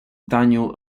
daniel